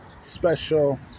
special